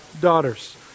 daughters